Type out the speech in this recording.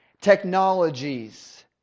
technologies